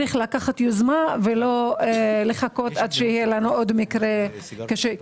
יש לקחת יוזמה, ולא לחכות לעוד מקרה קשה.